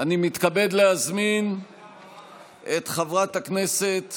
אני מתכבד להזמין את חברת הכנסת